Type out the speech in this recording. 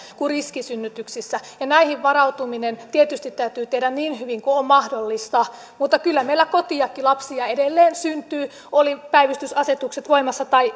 kuin riskisynnytyksissä ja näihin varautuminen tietysti täytyy tehdä niin hyvin kuin on mahdollista mutta kyllä meillä kotiakin lapsia edelleen syntyy olivat päivystysasetukset voimassa tai